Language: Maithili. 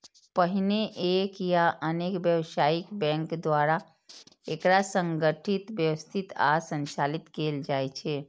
पहिने एक या अनेक व्यावसायिक बैंक द्वारा एकरा संगठित, व्यवस्थित आ संचालित कैल जाइ छै